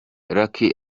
lucky